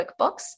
QuickBooks